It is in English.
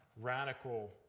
radical